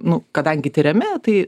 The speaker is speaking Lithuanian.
nu kadangi tiriami tai